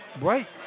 Right